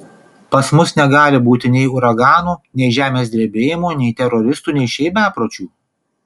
pas mus negali būti nei uraganų nei žemės drebėjimų nei teroristų nei šiaip bepročių